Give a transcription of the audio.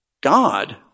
God